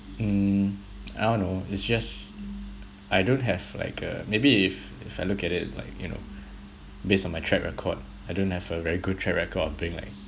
mm I don't know it's just I don't have like a maybe if if I look at it like you know based on my track record I don't have a very good track record of being like